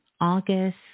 august